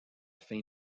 fin